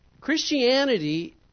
Christianity